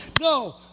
no